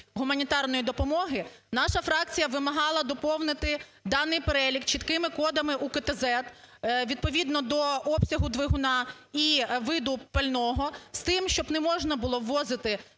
гуманітарної допомоги, наша фракція вимагала доповнити даний перелік чіткими кодами УКТЗЕД відповідно до обсягу двигуна і виду пального з тим, щоб не можна було ввозити